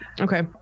Okay